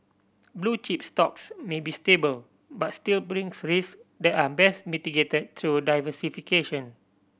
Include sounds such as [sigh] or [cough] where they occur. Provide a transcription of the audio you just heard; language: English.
blue chip stocks may be stable but still brings [unintelligible] that are best mitigated through diversification